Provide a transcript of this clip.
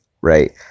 right